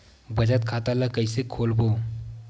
बचत खता ल कइसे खोलबों?